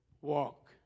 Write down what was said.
Walk